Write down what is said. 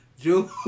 June